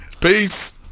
peace